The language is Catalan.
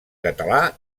català